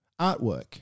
artwork